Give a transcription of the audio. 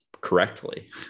correctly